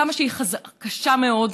כמה שהיא קשה מאוד,